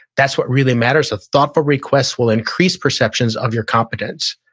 that's what really matters. a thoughtful request will increase perceptions of your competence.